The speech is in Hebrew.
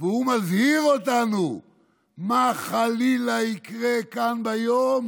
והוא מזהיר אותנו מה חלילה יקרה כאן ביום